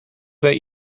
that